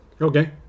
Okay